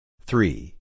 Three